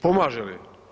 Pomaže li?